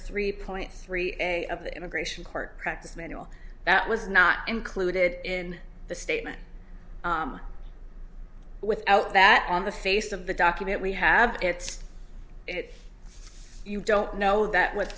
three point three of the immigration court practice manual that was not included in the statement without that on the face of the document we have it's it you don't know that w